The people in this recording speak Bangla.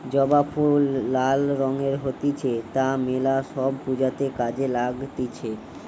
জবা ফুল লাল রঙের হতিছে তা মেলা সব পূজাতে কাজে লাগতিছে